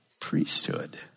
priesthood